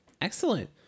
excellent